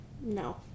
No